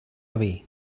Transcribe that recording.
away